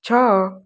ଛଅ